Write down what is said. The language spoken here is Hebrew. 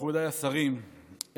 מכובדיי השרים,